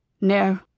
no